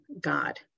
God